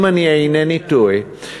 אם אינני טועה,